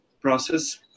process